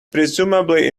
presumably